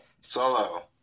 Solo